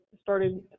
started